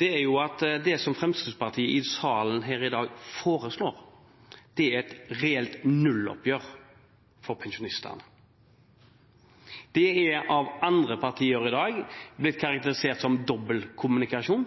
er at det som Fremskrittspartiet foreslår i salen her i dag, er et reelt nulloppgjør for pensjonistene. Det er av andre partier i dag blitt karakterisert som